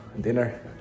dinner